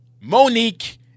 Monique